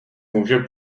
může